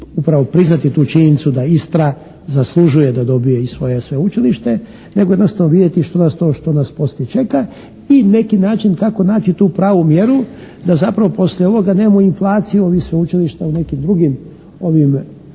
upravo priznati tu činjenicu da Istra zaslužuje da dobije i svoje sveučilište nego jednostavno vidjeti što nas poslije čeka i na neki način kako naći tu pravu mjeru da zapravo poslije ovoga nemamo inflaciju ovih sveučilišta u nekim drugim